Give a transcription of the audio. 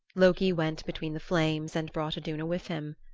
loki went between the flames and brought iduna with him.